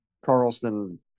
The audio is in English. Carlson